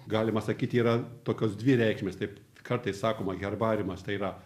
galima sakyti yra tokios dvi reikšmės taip kartais sakoma herbariumas tai yra